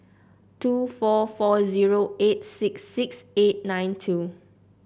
two four four zero eight six six eight nine two